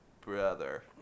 brother